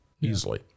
easily